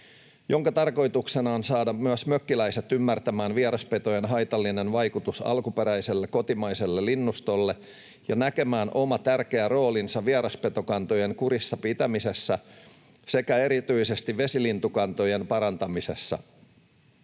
jonka tarkoituksena on saada myös mökkiläiset ymmärtämään vieraspetojen haitallinen vaikutus alkuperäiselle kotimaiselle linnustolle ja näkemään oma tärkeä roolinsa vieraspetokantojen kurissa pitämisessä sekä erityisesti vesilintukantojen parantamisessa.